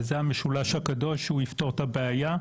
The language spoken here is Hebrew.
וזה המשולש הקדוש שהוא יפתור את הבעיה,